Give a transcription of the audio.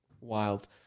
wild